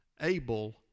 Abel